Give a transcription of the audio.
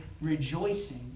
rejoicing